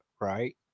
Right